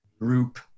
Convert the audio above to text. group